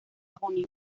junio